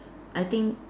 I think